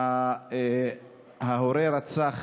שההורה רצח